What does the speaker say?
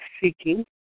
seeking